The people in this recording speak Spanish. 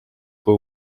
fue